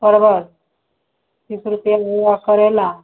परवल तीस रुपये हुआ करैला